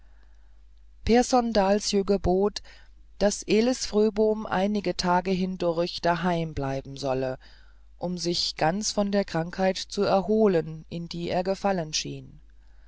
pehrson dahlsjö gebot daß elis fröbom einige tage hindurch daheim bleiben solle um sich ganz von der krankheit zu erholen in die er gefallen schien